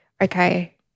okay